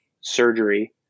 surgery